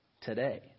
today